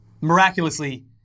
miraculously